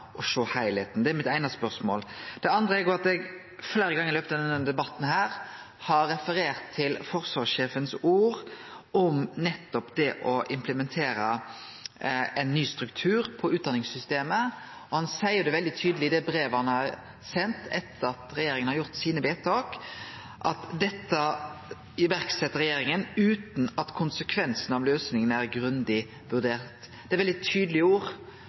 sjå heilskapen? Det er det eine spørsmålet mitt. Det andre spørsmålet er: Fleire gonger under denne debatten har eg referert til forsvarssjefens ord om nettopp det å implementere ein ny struktur for utdanningssystemet. Han seier det veldig tydeleg i det brevet han sende etter at regjeringa hadde gjort sine vedtak, at dette set regjeringa i verk «uten at konsekvensen av løsningen er grundig vurdert». Det er veldig